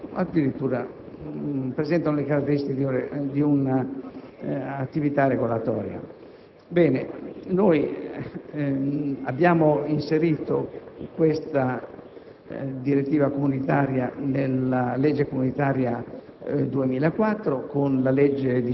le sue disposizioni sono addirittura tipiche di un regolamento più che di una direttiva inevitabilmente a maglia larga, come dovrebbero essere le direttive europee che si rivolgono